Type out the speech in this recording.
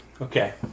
Okay